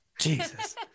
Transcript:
Jesus